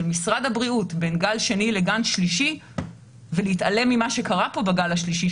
משרד הבריאות בין גל שני לגל שלישי ולהתעלם ממה שקרה פה בגל השלישי,